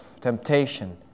temptation